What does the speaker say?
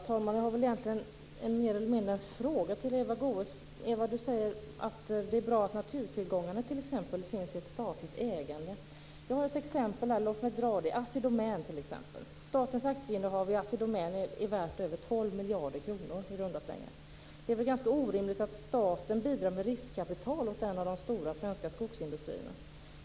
Herr talman! Jag har mer eller mindre en fråga att ställa till Eva Goës. Eva Goës säger att det är bra att t.ex. naturtillgångarna finns i ett statligt ägande. Jag har ett exempel, låt mig ta det. Det gäller Assi Domän. Statens aktieinnehav i Assi Domän är värt över 12 miljarder kronor i runda slängar. Det är ganska orimligt att staten bidrar med riskkapital åt en av de stora svenska skogsindustrierna.